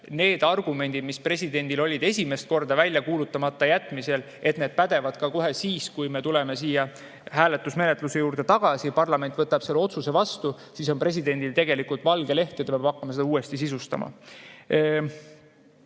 need argumendid, mis presidendil olid esimest korda välja kuulutamata jätmisel, pädevad ka kohe siis, kui me tuleme siia hääletusmenetluse juurde tagasi ja parlament võtab selle otsuse vastu. Siis on presidendil tegelikult valge leht ja ta peab hakkama seda uuesti sisustama.